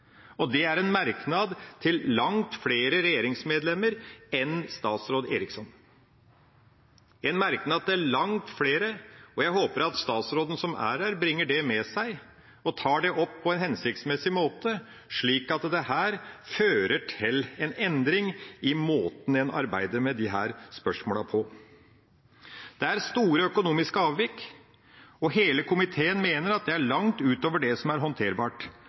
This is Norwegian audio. Og det er en merknad til langt flere regjeringsmedlemmer enn statsråd Eriksson – en merknad til langt flere – og jeg håper at statsråden som er her, bringer det med seg og tar det opp på en hensiktsmessig måte, slik at dette fører til en endring i måten en arbeider med disse spørsmålene på. Det er store økonomiske avvik, og hele komiteen mener at det er langt utover det som er håndterbart.